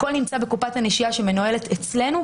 הכל נמצא בקופת הנשייה שמנוהלת אצלנו.